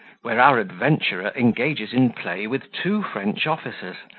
where our adventurer engages in play with two french officers,